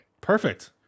Perfect